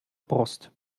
brust